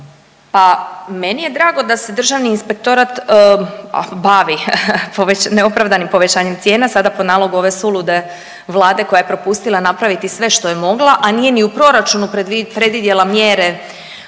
Pa meni je drago da se Državni inspektorat bavi neopravdanim povećanjem cijena sada po nalogu ove sulude Vlade koja je propustila napraviti sve što je mogla, a nije ni u proračunu predvidjela mjere od 1.